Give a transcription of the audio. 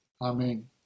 Amen